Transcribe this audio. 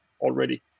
already